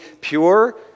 pure